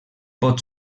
pot